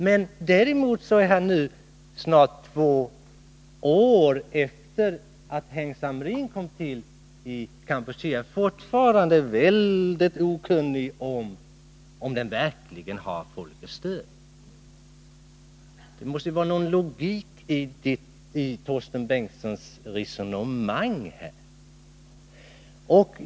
Han är ju, snart två år efter det att Heng Samrin-regimen kom till makten i Kampuchea, fortfarande mycket okunnig om huruvida den regimen verkligen har folkets stöd. Det måste vara någon logik i Torsten Bengtsons resonemang.